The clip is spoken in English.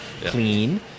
clean